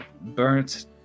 burnt